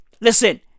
listen